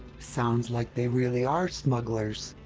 sounds like they really are smugglers.